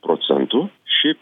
procentų ši